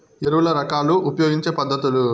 ఎరువుల రకాలు ఉపయోగించే పద్ధతులు?